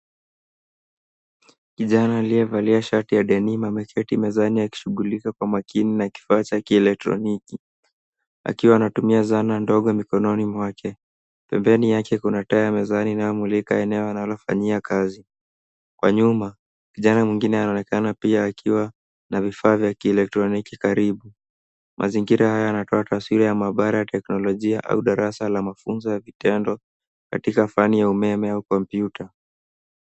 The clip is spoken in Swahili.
Kijana aliyevalia shati ya denima ameketi mezani akishughulika kwa makini na kifaa cha kielektroniki, akiwa anatumia zana ndogo mikononi mwake. Pembeni yake kuna taa ya mezani inayomulika eneo analofanyia kazi. Kwa nyuma kijana mwengine anaonekana pia akiwa na vifaa vya kielektroniki karibu. Mazingira haya yanatoa taswira ya maabaraya teknolojia au darasa la mafunzo ya vitendo katika fani ya umeme au kompyuta.